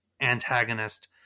antagonist